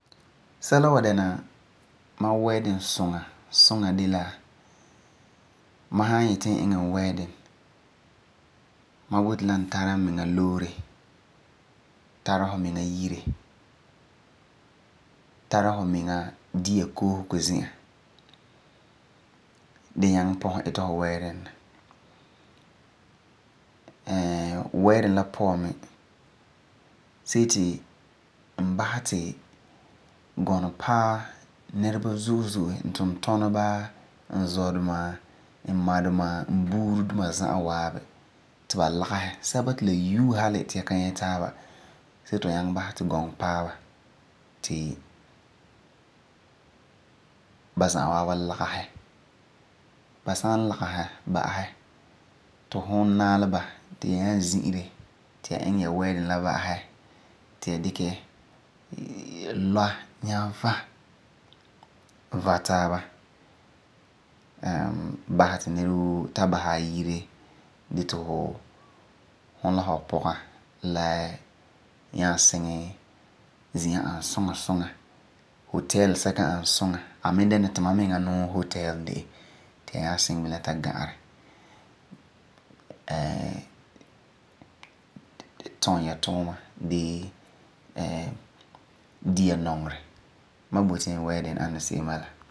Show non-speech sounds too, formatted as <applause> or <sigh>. Sɛla wan dɛna ma wedding suŋa suŋa de la ma san n yeti n iŋɛ n wedding ma boti ti n tara la n miŋa loore, tara n miŋa yire, tara fu miŋa dia koosego zi'an gee baŋɛ iŋɛ n wedding. <hesitation> wedding la puan mi, see ti n iŋɛ gɔŋɔ basɛ ti la paɛ nɛra zo'e zo'e. N tuntuneba, n zɔduma, n madum. N buuri duma za'a waabi. Ti ba lagesɛ, sɛba ti la yue ti tu ka nyɛ taaba see ti n basɛ ti gɔŋɔ paɛ ba. Ba san lagesɛ ti nyaa zi'ire la taaba ti ya nyaa iŋɛ ya wedding la ba'asɛ, ti ya nyaa dikɛ lɔa va, va taaba la nɛreba tabasɛ basɛ ba yɛa gee ti fu la fu pɔga nyaa kiŋɛ. Zi'an n ani suŋa suŋa, hotel sɛka n ani suŋa. A mi dɛna duma miŋa nuu hotel de'e. Ti ya nyaa kiŋɛ bilam ta ga'arɛ. <hesitation> tum ya tuuma gee <hesitation> di ya nɔgere. Ma boti n wedding an se'em bala.